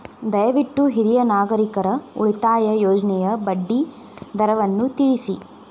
ದಯವಿಟ್ಟು ಹಿರಿಯ ನಾಗರಿಕರ ಉಳಿತಾಯ ಯೋಜನೆಯ ಬಡ್ಡಿ ದರವನ್ನು ತಿಳಿಸಿ